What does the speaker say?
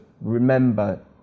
remember